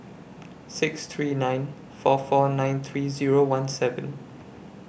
six three nine four four nine three Zero one seven